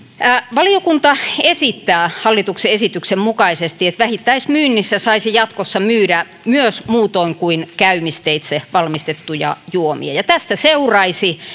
valiokunta esittää hallituksen esityksen mukaisesti että vähittäismyynnissä saisi jatkossa myydä myös muutoin kuin käymisteitse valmistettuja juomia tästä seuraisi